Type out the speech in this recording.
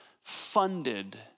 funded